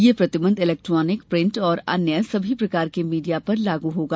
यह प्रतिबंध electronic print तथा अन्य सभी प्रकार मीडिया पर लागू होगा